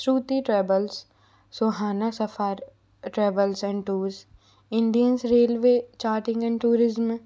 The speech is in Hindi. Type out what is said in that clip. Shruti travels Sohana Safar travels and tours Indians railway charting and tourism